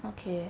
okay